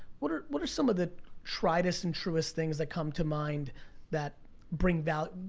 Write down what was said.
what are what are some of the tried-est and truest things that come to mind that bring value.